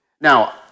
Now